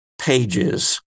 pages